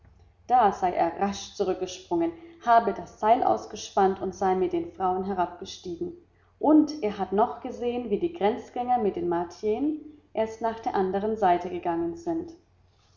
da sei er rasch zurückgesprungen habe das seil ausgespannt und sei mit den frauen herabgestiegen und er hat noch gesehen wie die grenzjäger mit den martiern erst nach der andern seite gegangen sind